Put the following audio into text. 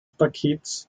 pakets